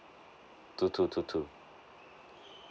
two two two two